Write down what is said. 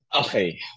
Okay